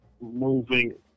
Moving